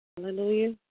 Hallelujah